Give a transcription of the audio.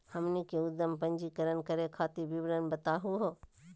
हमनी के उद्यम पंजीकरण करे खातीर विवरण बताही हो?